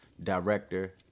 director